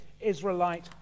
Israelite